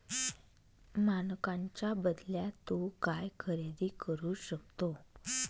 मानकांच्या बदल्यात तू काय खरेदी करू शकतो?